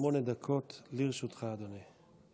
שמונה דקות לרשותך, אדוני.